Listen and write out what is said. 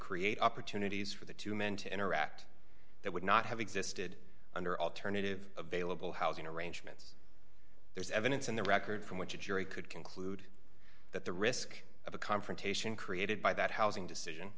create opportunities for the two men to interact that would not have existed under alternative available housing arrangements there's evidence in the record from which a jury could conclude that the risk of a confrontation created by that housing decision